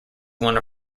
one